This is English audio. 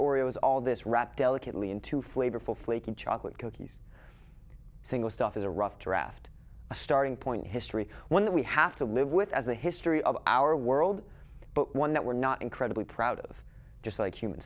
oreos all this rat delicately into flavorful flaky chocolate cookies single stuff is a rough draft a starting point in history one that we have to live with as the history of our world but one that we're not incredibly proud of just like human